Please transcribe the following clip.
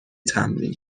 تمرین